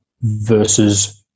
versus